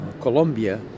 Colombia